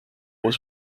was